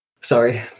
Sorry